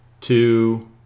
two